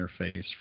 interface